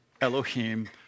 Elohim